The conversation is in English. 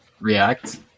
React